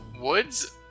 woods